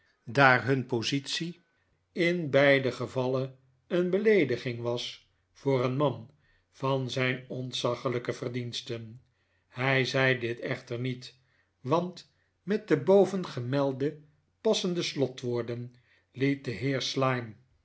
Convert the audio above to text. daar hun positie in beide gevallen een beleediging was voor een man van zijn ontzaglijke verdiensten hij zei dit echter niet want met de bovengemelde passende slotwoorden liet de heer slyme